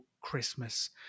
Christmas